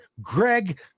greg